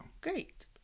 Great